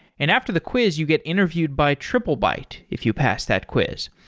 and after the quiz you get interviewed by triplebyte if you pass that quiz.